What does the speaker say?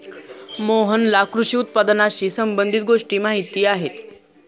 मोहनला कृषी उत्पादनाशी संबंधित गोष्टी माहीत आहेत